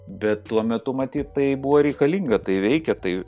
bet tuo metu matyt tai buvo reikalinga tai veikė tai